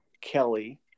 Kelly